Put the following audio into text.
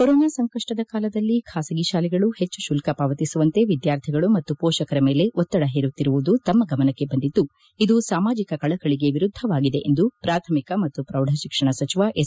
corona ಸಂಕಷ್ಟದ ಕಾಲದಲ್ಲಿ ಖಾಸಗಿ ಶಾಲೆಗಳು ಹೆಚ್ಚು ಶುಲ್ಕ ಪಾವತಿಸುವಂತೆ ವಿದ್ಯಾರ್ಥಿಗಳು ಮತ್ತು ಪೋಷಕರ ಮೇಲೆ ಒತ್ತದ ಹೇರುತ್ತಿರುವುದು ತಮ್ಮ ಗಮನಕ್ಕೆ ಬಂದಿದ್ದು ಇದು ಸಾಮಾಜಿಕ ಕಳಕಳಿಗೆ ವಿರುದ್ಧವಾಗಿದೆ ಎಂದು ಪ್ರಾಥಮಿಕ ಮತ್ತು ಪ್ರೌಢಶಿಕ್ಷಣ ಸಚಿವ ಎಸ್